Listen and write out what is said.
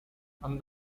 அந்த